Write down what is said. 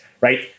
right